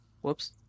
Whoops